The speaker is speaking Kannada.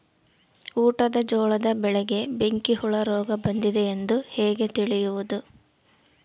ಊಟದ ಜೋಳದ ಬೆಳೆಗೆ ಬೆಂಕಿ ಹುಳ ರೋಗ ಬಂದಿದೆ ಎಂದು ಹೇಗೆ ತಿಳಿಯುವುದು?